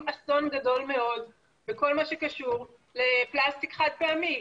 אסון גדול מאוד בכל מה שקשור לפלסטיק חד פעמי.